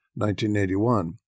1981